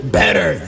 better